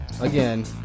again